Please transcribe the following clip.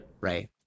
right